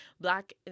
black